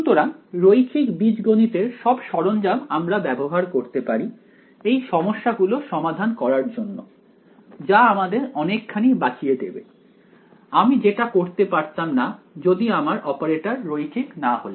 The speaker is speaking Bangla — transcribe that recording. সুতরাং রৈখিক বীজগণিত এর সব সরঞ্জাম আমরা ব্যবহার করতে পারি এই সমস্যা গুলো সমাধান করার জন্য যা আমাদের অনেকখানি বাঁচিয়ে দেবে আমি যেটা করতে পারতাম না যদি আমার অপারেটর রৈখিক না হত